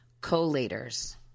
collators